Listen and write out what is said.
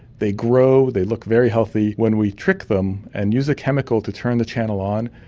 they grow, they look very healthy. when we trick them and use a chemical to turn the channel on,